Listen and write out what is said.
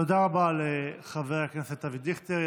תודה רבה לחבר הכנסת אבי דיכטר.